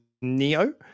Neo